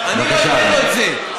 אני לא אתן לו את זה.